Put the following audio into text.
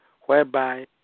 whereby